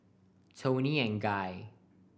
Toni and Guy